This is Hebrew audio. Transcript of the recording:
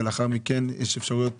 ולאחר מכן יש אפשרויות